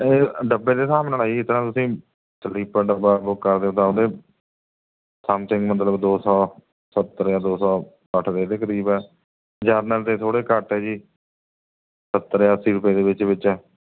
ਇਹ ਡੱਬੇ ਦੇ ਹਿਸਾਬ ਨਾਲ਼ ਹੈ ਜੀ ਜਿਸ ਤਰ੍ਹਾਂਂ ਤੁਸੀਂ ਸਲੀਪਰ ਡੱਬਾ ਬੁੱਕ ਕਰਦੇ ਹੋ ਤਾਂ ਉਹਦੇ ਸਮਥਿੰਗ ਮਤਲਬ ਦੋ ਸੌ ਸੱਤਰ ਜਾਂ ਦੋ ਸੌ ਸੱਠ ਦੇ ਕਰੀਬ ਹੈ ਜਨਰਲ ਦੇ ਥੋੜ੍ਹੇ ਘੱਟ ਹੈ ਜੀ ਸੱਤਰ ਜਾਂ ਅੱਸੀ ਰੁਪਏ ਦੇ ਵਿੱਚ ਵਿੱਚ ਹੈ